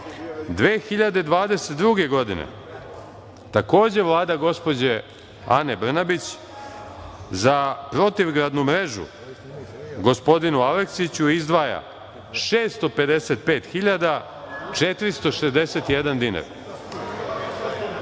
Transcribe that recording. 2022. takođe Vlada gospođe Ane Brnabić za protivgradnu mrežu gospodinu Aleksiću izdvaja 655.461 dinar. Sad